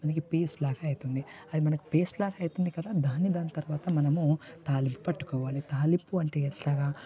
మీకు పీస్లాగా అయితుంది అది మనకు పేస్ట్లాగా అయితుంది కదా దాన్ని దాని తర్వాత మనము తాలింపు పెట్టుకోవాలి తాలింపు అంటే ఎట్లాగా